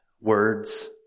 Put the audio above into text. words